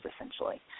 essentially